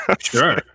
sure